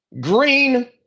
green